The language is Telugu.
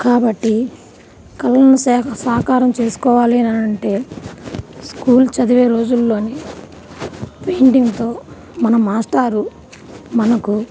కాబట్టి కలలను సాకారం చేసుకోవాలి అనినంటే స్కూల్ చదివే రోజుల్లోనే పెయింటింగ్తో మన మాస్టారు మనకు